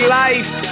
life